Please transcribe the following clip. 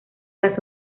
las